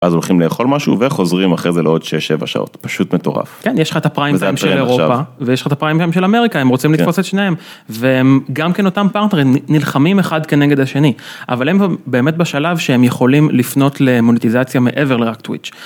אז הולכים לאכול משהו וחוזרים אחרי זה לעוד 6-7 שעות פשוט מטורף, כן, יש לך את הפריים של אירופה ויש לך את הפריים של אמריקה הם רוצים לקפוץ את שניהם. וגם כן אותם נלחמים אחד כנגד השני אבל הם באמת בשלב שהם יכולים לפנות למוניטיזציה מעבר לרק טוויץ'.